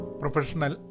professional